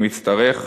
אם יצטרך,